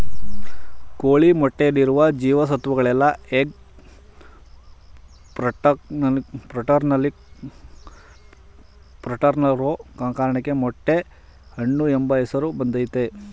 ಕೋಳಿ ಮೊಟ್ಟೆಯಲ್ಲಿರುವ ಜೀವ ಸತ್ವಗಳೆಲ್ಲ ಎಗ್ ಫ್ರೂಟಲ್ಲಿರೋ ಕಾರಣಕ್ಕೆ ಇದಕ್ಕೆ ಮೊಟ್ಟೆ ಹಣ್ಣು ಎಂಬ ಹೆಸರು ಬಂದಯ್ತೆ